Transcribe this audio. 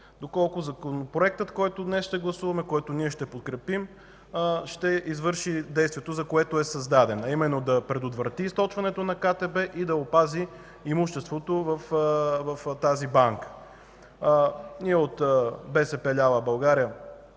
доколко Законопроектът, който днес ще гласуваме и ние ще подкрепим, ще извърши действието, за което е създаден – да предотврати източването на КТБ и да опази имуществото в тази банка. От „БСП лява България”